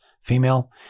female